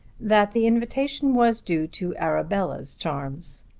that the invitation was due to arabella's charms.